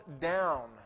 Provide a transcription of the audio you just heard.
down